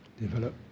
Develop